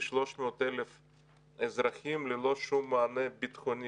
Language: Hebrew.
כ-300,000 אזרחים ללא שום מענה ביטחוני.